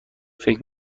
فکر